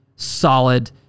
Solid